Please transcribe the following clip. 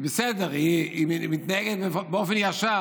היא בסדר, היא מתנהגת באופן ישר.